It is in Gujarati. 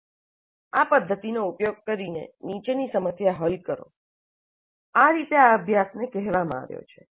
'આ પધ્ધતિનો ઉપયોગ કરીને નીચેની સમસ્યા હલ કરો' આ રીતે આ અભ્યાસ ને કહેવામાં આવ્યો છે